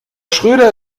schröder